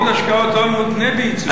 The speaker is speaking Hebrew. עידוד השקעות הון מותנה ביצוא.